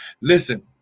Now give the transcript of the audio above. Listen